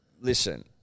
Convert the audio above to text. Listen